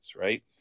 right